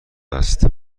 است